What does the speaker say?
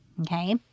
Okay